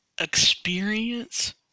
experience